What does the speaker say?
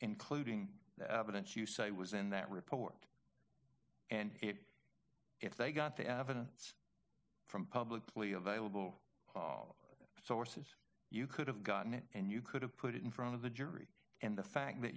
including the evidence you say was in that report and it if they got the evidence from publicly available hollar sources you could have gotten it and you could have put it in front of the jury and the fact that